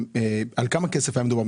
על כמה כסף היה מדובר?